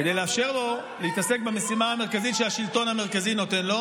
כדי לאפשר לו להתעסק במשימה המרכזית שהשלטון המרכזי נותן לו,